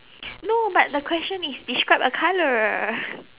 no but the question is describe a color